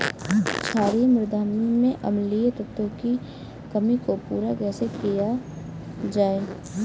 क्षारीए मृदा में अम्लीय तत्वों की कमी को पूरा कैसे किया जाए?